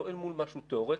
לא אל מול משהו תיאורטי.